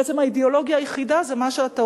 בעצם האידיאולוגיה היחידה זה מה שאתה